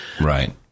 Right